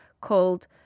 called